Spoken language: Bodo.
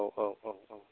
औ औ औ औ